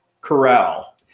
Corral